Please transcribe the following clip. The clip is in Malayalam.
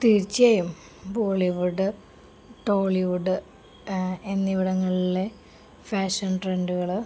തീർച്ചയായും ബോളിവുഡ് ടോളിവുഡ് എന്നിവിടങ്ങളിലെ ഫാഷൻ ട്രെൻഡുകള്